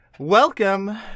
Welcome